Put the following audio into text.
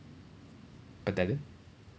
battalion